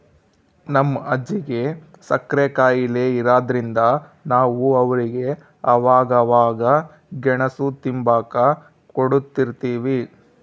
ನಮ್ ಅಜ್ಜಿಗೆ ಸಕ್ರೆ ಖಾಯಿಲೆ ಇರಾದ್ರಿಂದ ನಾವು ಅವ್ರಿಗೆ ಅವಾಗವಾಗ ಗೆಣುಸು ತಿಂಬಾಕ ಕೊಡುತಿರ್ತೀವಿ